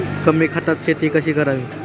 कमी खतात शेती कशी करावी?